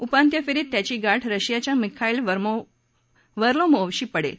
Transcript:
उपान्त्यफेरीत त्याची गाठ रशियाच्या मिखाईल वर्लमोव्ह शी पडेल